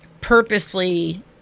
purposely